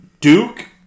Duke